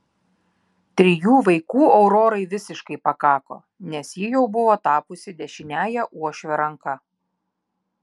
trijų vaikų aurorai visiškai pakako nes ji jau buvo tapusi dešiniąja uošvio ranka